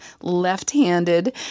left-handed